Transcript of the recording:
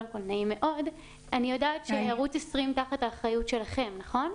אני יודעת שערוץ 20 הוא תחת אחריותכם, נכון?